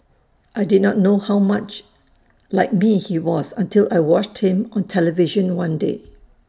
I did not know how much like me he was until I watched him on television one day